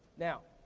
now,